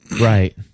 Right